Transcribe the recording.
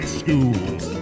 schools